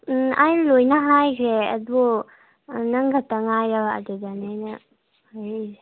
ꯎꯝ ꯑꯩ ꯂꯣꯏꯅ ꯍꯥꯏꯈ꯭ꯔꯦ ꯑꯗꯣ ꯅꯪ ꯈꯛꯇ ꯉꯥꯏꯔꯕ ꯑꯗꯨꯗꯅꯦ ꯑꯩꯅ ꯍꯥꯏꯔꯛꯏꯁꯦ